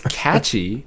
catchy